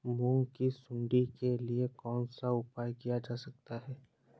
मूंग की सुंडी के लिए कौन सा उपाय किया जा सकता है?